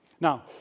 Now